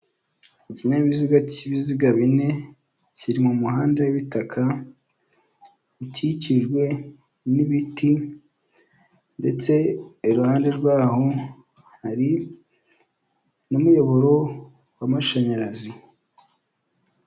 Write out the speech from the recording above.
Ikinyabiziga cy'ibiziga bine kiri mu muhanda w'ibitaka ukikijwe n'ibiti ndetse iruhande rwaho hari n'umuyoboro w'amashanyarazi.